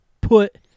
put